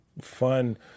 fun